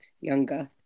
younger